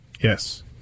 Yes